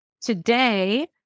today